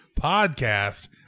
podcast